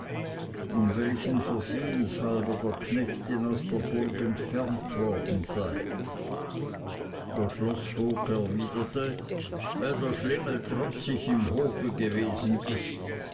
um welchen versehens halber der knecht denn aus der burg entfernt worden sei der schloßvogt er widerte weil der schlingel trotzig im hofe gewesen ist